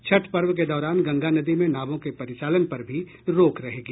छठ पर्व के दौरान गंगा नदी में नावों के परिचालन पर भी रोक रहेगी